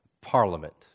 Parliament